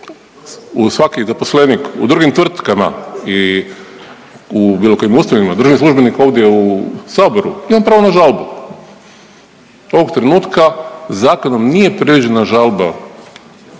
U svaki zaposlenik u drugim tvrtkama i u bilo kojim ustanovama, državni službenik ovdje u Saboru ima pravo na žalbu, ovog trenutka zakonom nije predviđena žalba